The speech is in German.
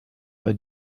bei